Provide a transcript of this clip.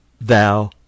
thou